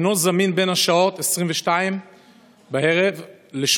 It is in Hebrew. אינו זמין בין השעות 22:00 ו-08:00.